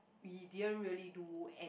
we didn't really do any